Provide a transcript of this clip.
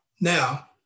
now